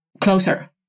closer